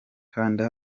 kanda